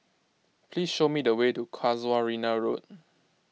please show me the way to Casuarina Road